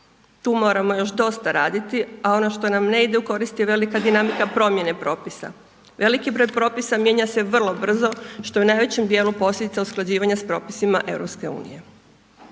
tu moramo još dosta raditi, a ono što nam ne ide u korist je velika dinamika promjene propisa. Veliki broj propisa mijenja se vrlo brzo što u najvećem dijelu posljedica usklađivanje s propisima EU.